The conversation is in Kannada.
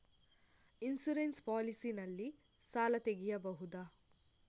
ಇನ್ಸೂರೆನ್ಸ್ ಪಾಲಿಸಿ ನಲ್ಲಿ ಸಾಲ ತೆಗೆಯಬಹುದ?